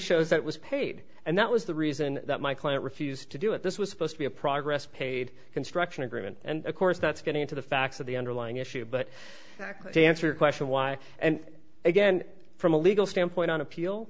shows that was paid and that was the reason that my client refused to do it this was supposed to be a progress paid construction agreement and of course that's getting to the facts of the underlying issue but to answer question why and again from a legal standpoint on